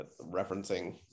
referencing